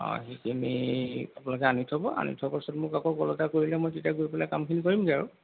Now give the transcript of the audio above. অঁ সেইখিনি আপোনালোকে আনি থ'ব আনি থোৱাৰ পিছত মোক আকৌ কল এটো কৰিলে মই তেতিয়া গৈ পেলাই কামখিনি কৰিমগৈ আৰু